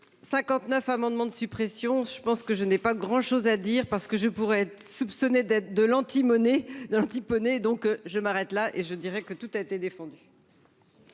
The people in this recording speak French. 59 amendements de suppression. Je pense que je n'ai pas grand chose à dire parce que je pourrais être soupçonné d'être de l'anti-monnaie d'un petit poney. Donc je m'arrête là et je dirais que tout a été défendu.